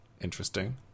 Interesting